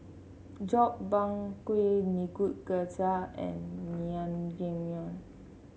Gobchang Gui Nikujaga and Naengmyeon